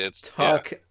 talk